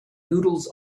noodles